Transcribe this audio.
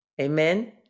amen